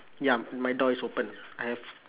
ya my door is open I have